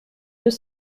deux